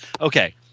Okay